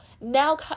Now